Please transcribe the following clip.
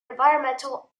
environmental